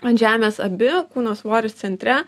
ant žemės abi kūno svoris centre